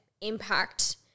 impact